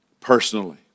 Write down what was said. personally